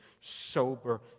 sober